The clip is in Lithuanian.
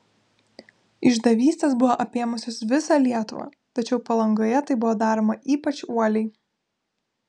išdavystės buvo apėmusios visą lietuvą tačiau palangoje tai buvo daroma ypač uoliai